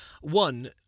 One